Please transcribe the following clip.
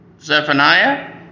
Zephaniah